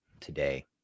today